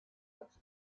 als